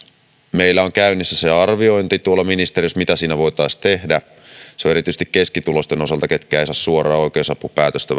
meillä on käynnissä ministeriössä arviointi mitä siinä voitaisiin tehdä se on haasteellinen erityisesti keskituloisten kannalta ketkä eivät välttämättä saa suoraan oikeusapupäätöstä